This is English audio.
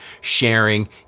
sharing